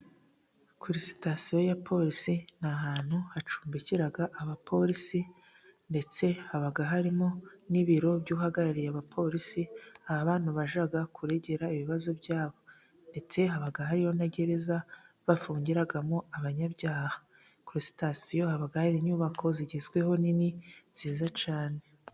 Kuri sitasiyo ya polisi ni ahantu hacumbikira abapolisi. Ndetse haba harimo n'ibiro by'uhagarariye abapolisi, aho abantu bajya kuregera ibibazo byabo. Ndetse haba hariho na gereza bafungiramo abanyabyaha. Kuri sitasiyo haba hari inyubako zigezweho nini, nziza cyane.